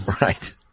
Right